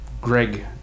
Greg